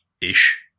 ish